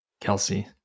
Kelsey